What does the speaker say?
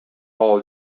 all